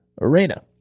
Arena